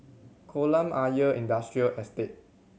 Kolam Ayer Industrial Estate